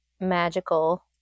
Magical